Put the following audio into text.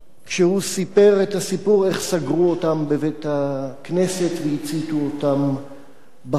כשהוא סיפר את הסיפור איך סגרו אותם בבית-הכנסת והציתו אותם בחיים.